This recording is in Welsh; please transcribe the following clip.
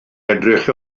edrych